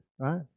right